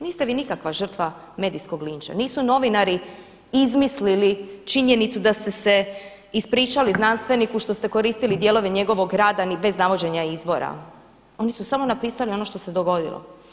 Niste vi nikakva žrtva medijskog linča, nisu novinari izmislili činjenicu da ste se ispričali znanstveniku što ste koristili dijelove njegovog rada i bez navođenja izvora, oni su samo napisali ono što se dogodilo.